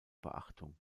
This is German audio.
beachtung